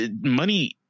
Money